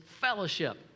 fellowship